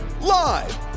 Live